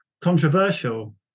controversial